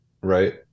right